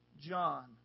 John